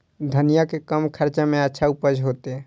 धनिया के कम खर्चा में अच्छा उपज होते?